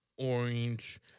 orange